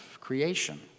creation